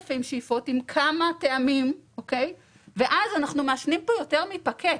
שאיפות עם כמה טעמים ואז אנחנו מעשנים כאן יותר מ-פקט.